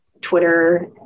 Twitter